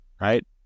right